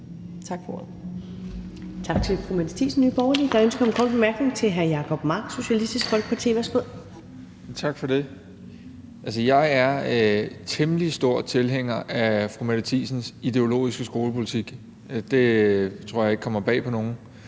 Tak for ordet.